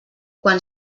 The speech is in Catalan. quan